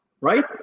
right